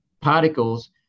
particles